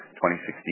2016